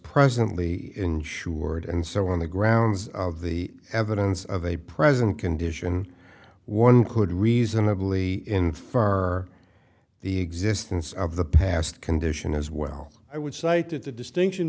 presently insured and so on the grounds of the evidence of a present condition one could reasonably infer the existence of the past condition as well i would cited the distinction